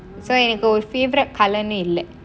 o எனக்கு ஒரு:enakku oru favourite colour னு இல்ல:nu illa